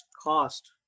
cost